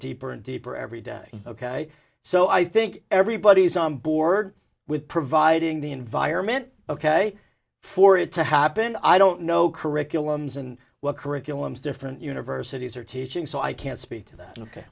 deeper and deeper every day ok so i think everybody's on board with providing the environment ok for it to happen i don't know curriculums and what curriculums different universities are teaching so i can't speak to that ok